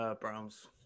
Browns